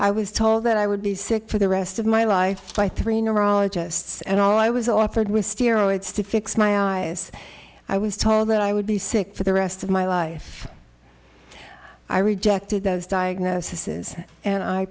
i was told that i would be sick for the rest of my life by three neurologists and all i was offered with steroids to fix my eyes i was told that i would be sick for the rest of my life i rejected those diagnosis and i